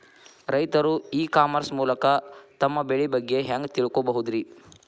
ರೈತರು e commerce ಮೂಲಕ ತಮ್ಮ ಬೆಳಿ ಬಗ್ಗೆ ಹ್ಯಾಂಗ ತಿಳ್ಕೊಬಹುದ್ರೇ?